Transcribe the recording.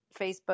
Facebook